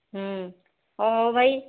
ହଁ ହଉ ଭାଇ